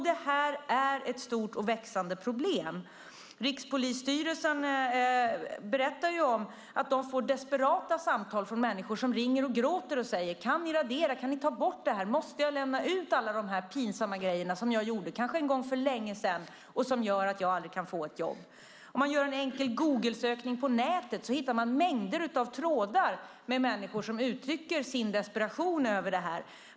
Det är ett stort och växande problem. Rikspolisstyrelsen berättar att de får desperata samtal från människor som ringer och gråtande frågar om de kan radera, ta bort markeringen. De undrar om de måste lämna ut alla de pinsamma saker som de gjorde kanske för länge sedan och som gör att de aldrig kan få ett jobb. Om man gör en enkel Googlesökning på nätet får man mängder av träffar där människor uttrycker sin desperation över detta.